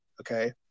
okay